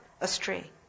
astray